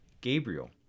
gabriel